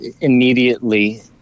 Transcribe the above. immediately